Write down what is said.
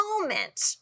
moment